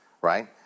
right